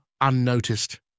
unnoticed